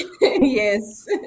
Yes